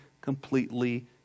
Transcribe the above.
completely